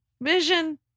vision